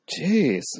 Jeez